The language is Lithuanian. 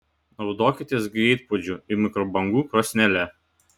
naudokitės greitpuodžiu ir mikrobangų krosnele